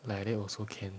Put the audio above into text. like that also can